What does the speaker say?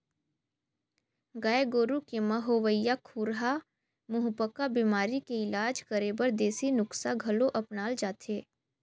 गाय गोरु के म होवइया खुरहा मुहंपका बेमारी के इलाज करे बर देसी नुक्सा घलो अपनाल जाथे